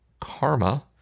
karma